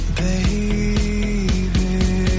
baby